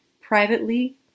privately